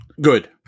good